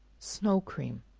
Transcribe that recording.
snow cream.